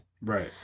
Right